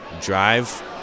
drive